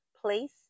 place